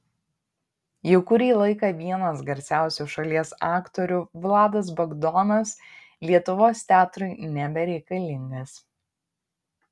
jau kurį laiką vienas garsiausių šalies aktorių vladas bagdonas lietuvos teatrui nebereikalingas